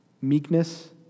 meekness